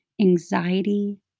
anxiety